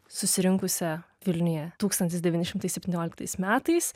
susirinkusią vilniuje tūkstantis devyni šimtai septynioliktais metais